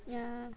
yeah